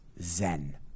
Zen